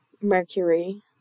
Mercury